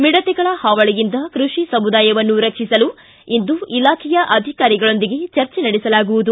ಮಿಡತೆಗಳ ಹಾವಳಿಯಿಂದ ಕೃಷಿ ಸಮುದಾಯವನ್ನು ರಕ್ಷಿಸಲು ಇಂದು ಇಲಾಖೆಯ ಅಧಿಕಾರಿಗಳೊಂದಿಗೆ ಚರ್ಚೆ ನಡೆಸಲಾಗುವುದು